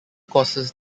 causes